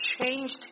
changed